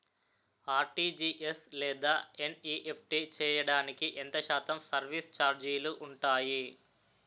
RTGS లేదా NEFT చేయడానికి ఎంత శాతం సర్విస్ ఛార్జీలు ఉంటాయి?